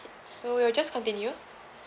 so we'll just continue